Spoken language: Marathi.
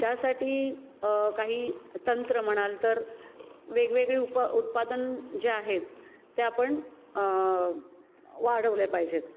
त्यासाठी काही तंत्र म्हणाल तर वेगवेगळी उप उत्पादन जे आहेत ते आपण वाढवले पाहिजेत